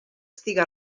estiga